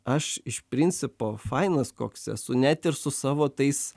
aš iš principo fainas koks esu net ir su savo tais